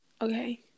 Okay